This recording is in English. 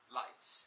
lights